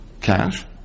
Cash